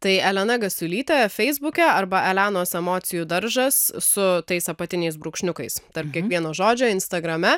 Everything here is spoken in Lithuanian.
tai elena gasiulytė feisbuke arba elenos emocijų daržas su tais apatiniais brūkšniukais tarp kiekvieno žodžio instagrame